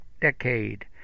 decade